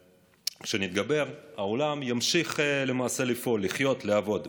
כשנתגבר, העולם ימשיך למעשה לפעול, לחיות, לעבוד.